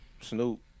Snoop